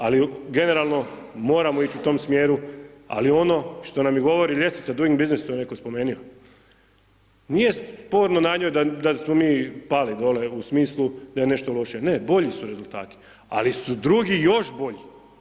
Ali generalno moramo ići u tom smjeru, ali ono što nam i govori ljestvica Doing biznis, to je netko spomenio, nije sporno na njoj da smo mi pali dole u smislu da je nešto loše, ne bolji su rezultati, ali su drugi još bolji.